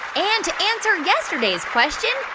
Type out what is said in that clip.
and to answer yesterday's question,